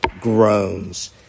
groans